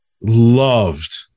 loved